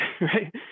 right